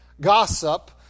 gossip